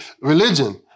religion